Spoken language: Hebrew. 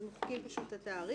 אז מוחקים פשוט את התאריך.